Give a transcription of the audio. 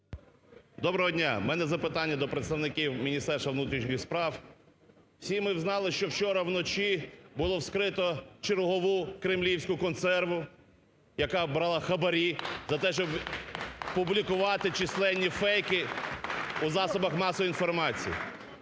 Доброго дня! У мене запитання до представників Міністерства внутрішніх справ. Всі ми узнали, що вчора вночі було вскрито чергову "кремлівську консерву", яка брала хабарі за те, щоб публікувати численні фейки у засобах масової інформації.